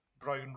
brown